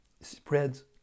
spreads